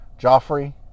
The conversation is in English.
Joffrey